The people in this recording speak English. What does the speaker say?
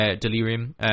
delirium